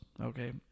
Okay